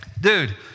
dude